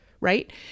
right